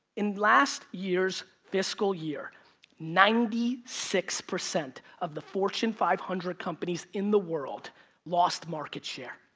in last years fiscal year ninety six percent of the fortune five hundred companies in the world lost market share.